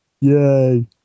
Yay